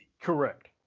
Correct